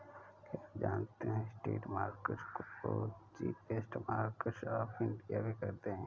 क्या आप जानते है स्ट्रीट मार्केट्स को चीपेस्ट मार्केट्स ऑफ इंडिया भी कहते है?